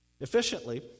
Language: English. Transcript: efficiently